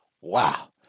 wow